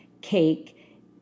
cake